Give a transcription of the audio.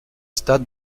stade